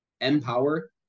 Empower